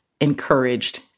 encouraged